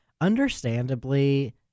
understandably